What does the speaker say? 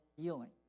healing